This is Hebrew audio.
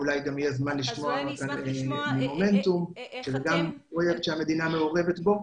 אולי גם יהיה זמן לשמוע על מומנטום שגם הוא פרויקט שהמדינה מעורבת בו.